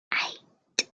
eight